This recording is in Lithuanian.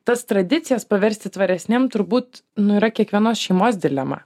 tas tradicijas paversti tvaresnėm turbūt nu yra kiekvienos šeimos dilema